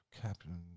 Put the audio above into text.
Captain